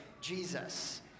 Jesus